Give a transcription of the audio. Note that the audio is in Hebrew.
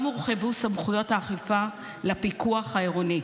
וגם הורחבו סמכויות האכיפה של הפיקוח העירוני.